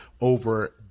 over